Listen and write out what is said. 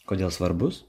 kodėl svarbus